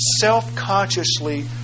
self-consciously